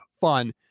fun